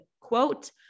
quote